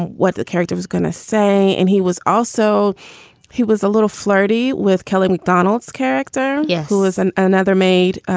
what the character was going to say. and he was also he was a little flirty with kelly macdonald's character. yeah. who is an another made,